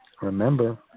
Remember